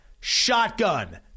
Shotgun